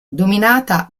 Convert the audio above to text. dominata